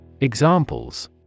Examples